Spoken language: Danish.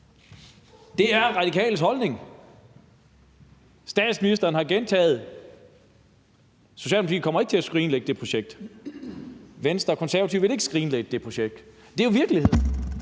Det er Radikales holdning. Statsministeren har gentaget, at Socialdemokratiet ikke kommer til at skrinlægge det projekt. Venstre og Konservative vil ikke skrinlægge det projekt. Det er jo virkeligheden.